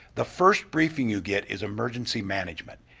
the first briefing you get is emergency management.